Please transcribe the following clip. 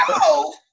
no